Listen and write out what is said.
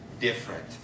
different